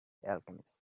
alchemist